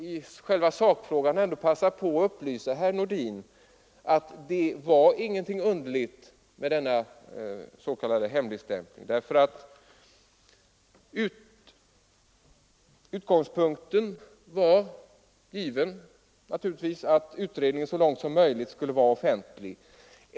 I själva sakfrågan kan jag upplysa herr Nordin om att det inte var någonting underligt med denna s.k. hemligstämpling. Utgångspunkten var given: utredningen skulle så långt möjligt vara offentlig.